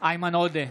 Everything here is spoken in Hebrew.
איימן עודה,